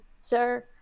sir